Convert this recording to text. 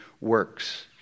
works